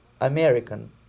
American